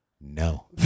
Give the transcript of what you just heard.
No